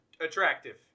attractive